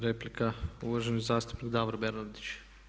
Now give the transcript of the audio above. Replika uvaženi zastupnik Davor Bernardić.